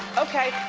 okay,